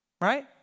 right